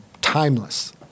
timeless